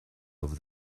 over